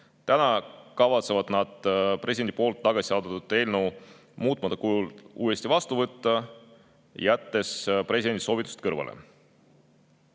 Täna kavatsevad nad presidendi tagasi saadetud eelnõu muutmata kujul uuesti vastu võtta, jättes presidendi soovitused kõrvale.